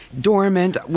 dormant